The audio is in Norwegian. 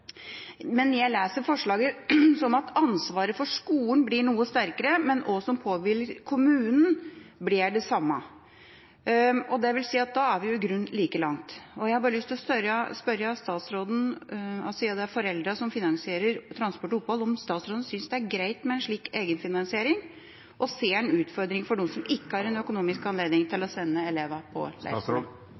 Jeg leser forslaget slik at ansvaret til skolen blir noe sterkere, men at det som påhviler kommunen, blir det samme, dvs. at da er vi i grunnen like langt. Jeg har lyst til bare å spørre statsråden, siden det er foreldrene som finansierer transport og opphold, om han synes det er greit med en slik egenfinansiering. Ser han utfordringer for dem som ikke har anledning økonomisk til å sende eleven på